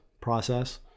process